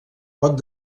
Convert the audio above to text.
pot